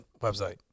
website